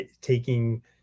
taking